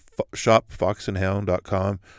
shopfoxandhound.com